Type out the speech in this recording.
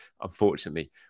unfortunately